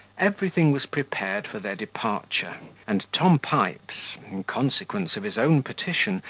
everything was prepared for their departure and tom pipes, in consequence of his own petition,